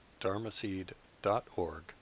dharmaseed.org